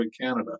Canada